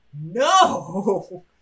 No